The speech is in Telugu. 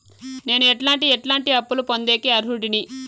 నేను ఎట్లాంటి ఎట్లాంటి అప్పులు పొందేకి అర్హుడిని?